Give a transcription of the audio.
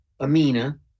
Amina